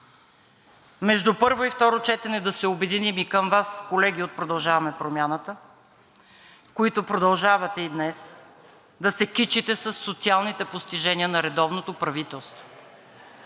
Между първо и второ четене да се обединим, и към Вас, колеги от „Продължаваме Промяната“, които продължавате и днес да се кичите със социалните постижения на редовното правителство.